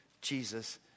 Jesus